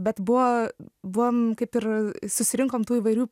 bet buvo buvom kaip ir susirinkom tų įvairių